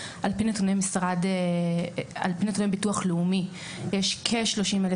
על פי נתוני ביטוח לאומי יש כ-30,000